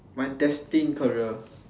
my destined career